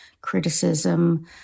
criticism